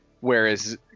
whereas